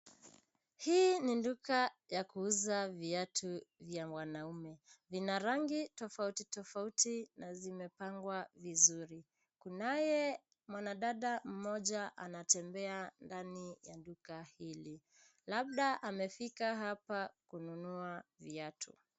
Hii ni duka ya kuuza viatu vya wanaume. Vina rangi tofauti tofauti na zimepangwa vizuri. Kunaye mwanadada mmoja anatembea ndani ya duka hili labda amefika hapa kununua viatu.